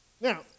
Now